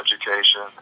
education